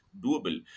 doable